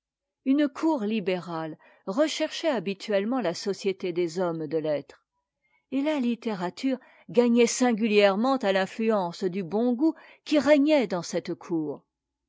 une cour libérale recherchait habituellement la société des hommes de lettres et la littérature gagnait singulièrement à l'influence du bon goût qui régnait dans cette cour